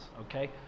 okay